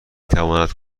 تواند